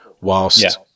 whilst